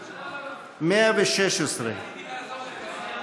116. ההסתייגות (116)